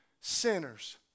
sinners